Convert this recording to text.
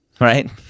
right